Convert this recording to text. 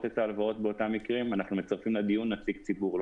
את ההלוואות באותם מקרים אנחנו מצרפים לדיון נציג ציבור,